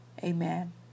Amen